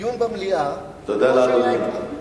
דיון במליאה, תודה לאדוני.